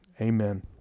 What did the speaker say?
Amen